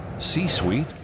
C-Suite